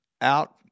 out